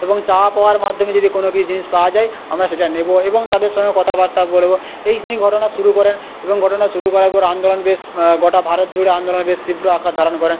এবং চাওয়া পাওয়ার মাধ্যমে যদি কোনও কিছু জিনিস পাওয়া যায় আমরা সেটা নেবো এবং তাদের সঙ্গে কথাবার্তা বলবো এই তিনি ঘটনা শুরু করেন এবং ঘটনা শুরু করার পর আন্দোলন বেশ গোটা ভারত জুড়ে আন্দোলন বেশ তীব্র আকার ধারণ করেন